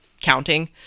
counting